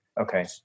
Okay